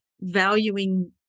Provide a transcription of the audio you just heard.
valuing